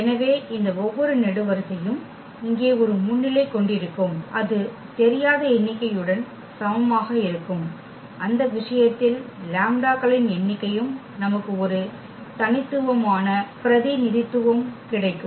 எனவே இந்த ஒவ்வொரு நெடுவரிசையும் இங்கே ஒரு முன்னிலை கொண்டிருக்கும் அது தெரியாத எண்ணிக்கையுடன் சமமாக இருக்கும் அந்த விஷயத்தில் களின் எண்ணிக்கையும் நமக்கு ஒரு தனித்துவமான பிரதிநிதித்துவமும் கிடைக்கும்